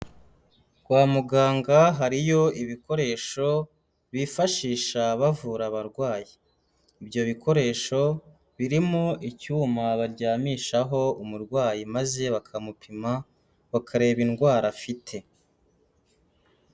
Kwa muganga hariyo ibikoresho bifashisha bavura abarwayi, ibyo bikoresho birimo, icyuma baryamishaho umurwayi maze bakamupima, bakareba indwara afite.